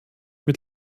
mit